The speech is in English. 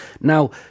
now